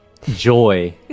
joy